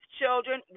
children